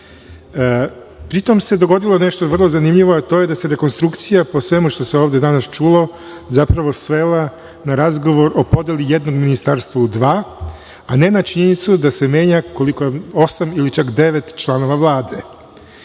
tom se dogodilo nešto vrlo zanimljivo, a to je da se rekonstrukcija po svemu što se ovde danas čulo zapravo svela na razgovor o podeli jednog ministarstva u dva, a ne na činjenicu da se menja osam ili devet članova Vlade.